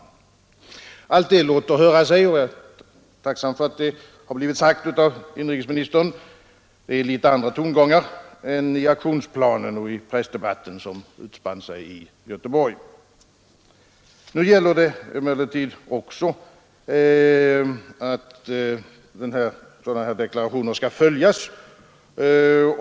Allt detta låter höra sig, och jag är tacksam för att det blivit sagt av inrikesministern. Det är litet andra tongångar än i aktionsplanen och i pressdebatten som utspann sig i Göteborg. Nu gäller det emellertid också att sådana här deklarationer skall följas.